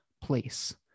place